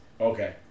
Okay